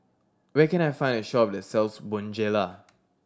where can I find a shop that sells Bonjela